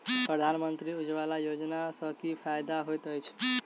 प्रधानमंत्री उज्जवला योजना सँ की फायदा होइत अछि?